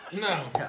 No